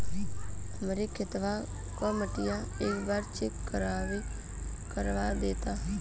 हमरे खेतवा क मटीया एक बार चेक करवा देत?